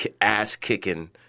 ass-kicking